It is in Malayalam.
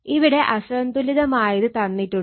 ഇവിടെ അസന്തുലിതമായത് തന്നിട്ടുണ്ട്